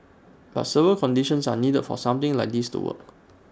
but several conditions are needed for something like this to work